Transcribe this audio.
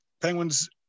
penguins